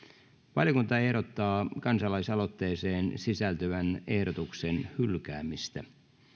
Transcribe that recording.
valiokunta ehdottaa kansalaisaloitteeseen sisältyvän ehdotuksen hylkäämistä